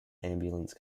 ambulance